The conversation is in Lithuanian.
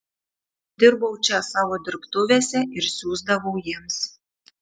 dirbau čia savo dirbtuvėse ir siųsdavau jiems